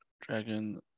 Dragon